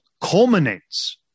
culminates